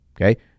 Okay